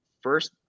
first